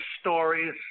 stories